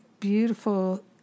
beautiful